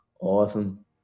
Awesome